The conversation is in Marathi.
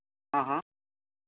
हां हां